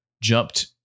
jumped